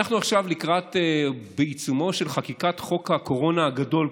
אנחנו עכשיו בעיצומה של חקיקת "חוק הקורונה הגדול",